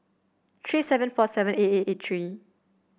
three seven four seven eight eight eight three